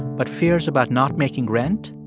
but fears about not making rent,